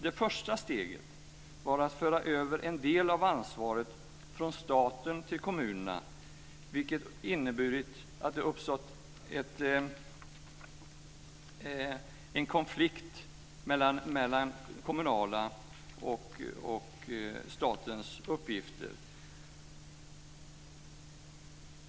Det första steget var att föra över en del av ansvaret från staten till kommunerna, vilket har inneburit att det har uppstått en konflikt mellan kommunala och statliga uppgifter.